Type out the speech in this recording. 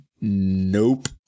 Nope